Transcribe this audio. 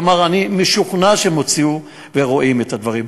כלומר, אני משוכנע שהם הוציאו ורואים את הדברים.